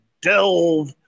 delve